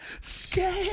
scared